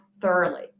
thoroughly